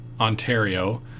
Ontario